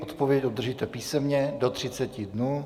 Odpověď obdržíte písemně do 30 dnů.